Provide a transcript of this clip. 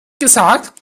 gesagt